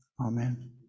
amen